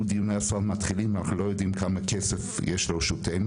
אפילו כשדיוני הסל מתחילים אנחנו לא יודעים כמה כסף יש לרשותנו.